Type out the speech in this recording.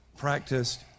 practiced